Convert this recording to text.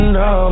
no